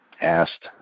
asked